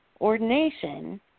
ordination